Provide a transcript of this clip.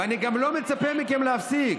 ואני גם לא מצפה מכם להפסיק.